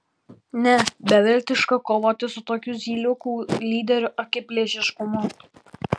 ne beviltiška kovoti su tokiu zyliukų lyderio akiplėšiškumu